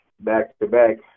back-to-back